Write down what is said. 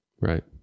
Right